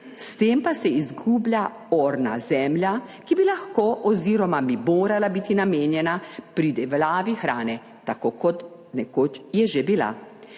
s tem pa se izgublja orna zemlja, ki bi lahko oziroma bi morala biti namenjena pridelavi hrane, tako kot nekoč je že bila.